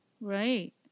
Right